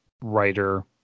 Writer